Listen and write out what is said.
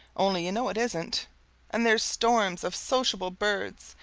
only you know it isn't and there's storms of sociable birds,